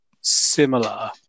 similar